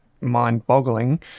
mind-boggling